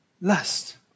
Lust